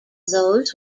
those